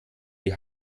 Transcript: die